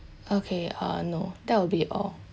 okay uh no that will be all